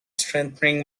strengthening